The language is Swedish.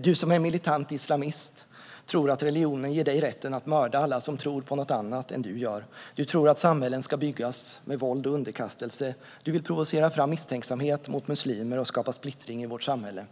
Du som är militant islamist tror att religionen ger dig rätten att mörda alla som tror på något annat än vad du gör. Du tror att samhällen ska byggas med våld och underkastelse. Du vill provocera fram misstänksamhet mot muslimer och skapa splittring i vårt samhälle.